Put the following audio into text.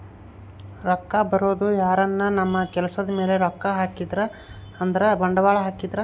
ರೊಕ್ಕ ಬರೋದು ಯಾರನ ನಮ್ ಕೆಲ್ಸದ್ ಮೇಲೆ ರೊಕ್ಕ ಹಾಕಿದ್ರೆ ಅಂದ್ರ ಬಂಡವಾಳ ಹಾಕಿದ್ರ